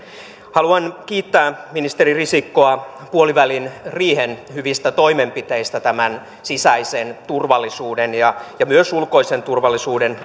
haluan kiittää ministeri risikkoa puoliväliriihen hyvistä toimenpiteistä tämän sisäisen turvallisuuden ja ja myös ulkoisen turvallisuuden